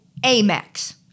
Amex